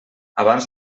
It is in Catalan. abans